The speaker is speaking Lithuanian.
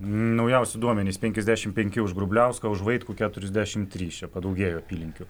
naujausi duomenys penkiasdešimt penki už grubliauską už vaitkų keturiasdešimt trys čia padaugėjo apylinkių